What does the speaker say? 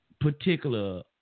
particular